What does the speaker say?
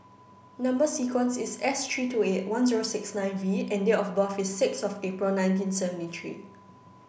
number sequence is S three two eight one zero six nine V and date of birth is six of April nineteen seventy three